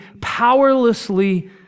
powerlessly